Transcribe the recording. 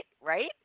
Right